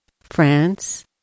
France